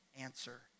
answer